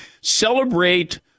Celebrate